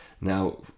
Now